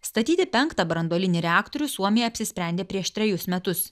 statyti penktą branduolinį reaktorių suomija apsisprendė prieš trejus metus